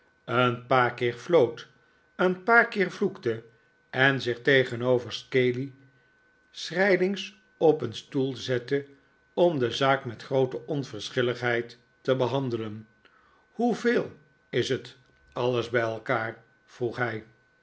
een paar keer floot een paar keer vloekte en zich tegenover scaley schrijlings op een stoel zette om de zaak met groote onverschilligheid te behandelen hoeveel is het alles bij elkaar vroeg hij